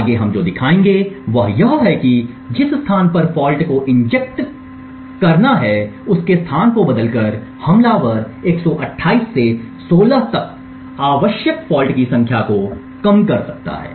आगे हम जो दिखाएंगे वह यह है कि जिस स्थान पर फॉल्ट का इंजेक्शन लगाया गया है उसके स्थान को बदलकर हमलावर 128 से 16 तक आवश्यक फॉल्ट की संख्या को कम कर सकता है